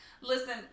Listen